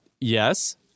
Yes